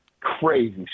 Crazy